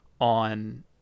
on